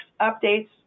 updates